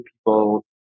people